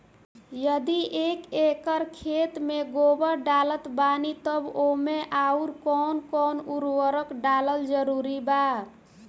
यदि एक एकर खेत मे गोबर डालत बानी तब ओमे आउर् कौन कौन उर्वरक डालल जरूरी बा?